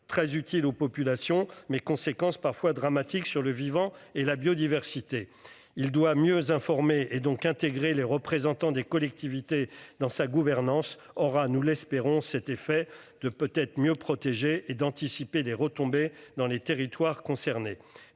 très utiles aux populations mais conséquences parfois dramatiques sur le vivant et la biodiversité. Il doit mieux informés et donc intégrer les représentants des collectivités dans sa gouvernance aura nous l'espérons, cet effet de peut-être mieux protégés et d'anticiper des retombées dans les territoires concernés.